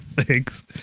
Thanks